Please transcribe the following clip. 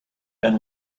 and